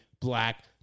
black